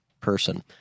person—